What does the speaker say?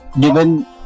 given